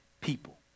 people